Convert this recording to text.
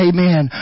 Amen